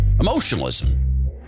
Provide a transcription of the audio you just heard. Emotionalism